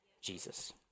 Jesus